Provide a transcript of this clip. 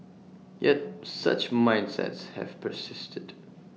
yet such mindsets have persisted